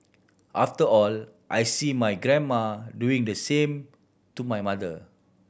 after all I see my grandma doing the same to my mother